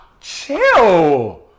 Chill